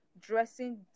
dressing